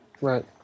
Right